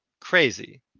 Crazy